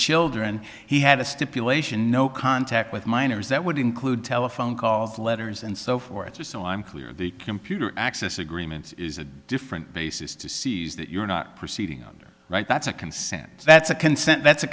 children he had a stipulation no contact with minors that would include telephone calls letters and so forth or so i'm clear the computer access agreement is a different basis to seize that you're not proceeding under right that's a consent that's a